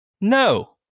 No